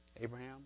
Abraham